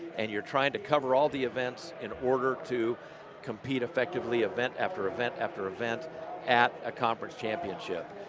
and you're trying to cover all the events in order to compete effectively event after event after event at a conference championship.